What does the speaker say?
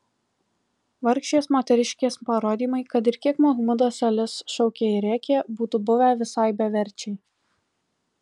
vargšės moteriškės parodymai kad ir kiek mahmudas alis šaukė ir rėkė būtų buvę visai beverčiai